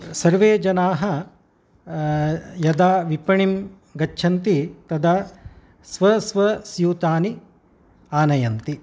सर्वे जनाः यदा विपणिं गच्छन्ति तदा स्वस्वस्यूतानि आनयन्ति